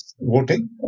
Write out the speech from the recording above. voting